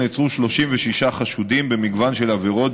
נעצרו 36 חשודים במגוון של עבירות,